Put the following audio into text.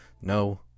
No